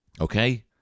Okay